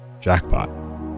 jackpot